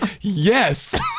Yes